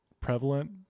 prevalent